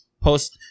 post